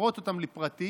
נפרוט אותם לפרטים,